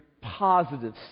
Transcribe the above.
positive